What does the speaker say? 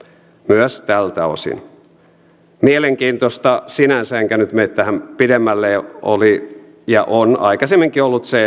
myös tältä osin mielenkiintoista sinänsä enkä nyt mene tähän pidemmälle oli ja on aikaisemminkin ollut se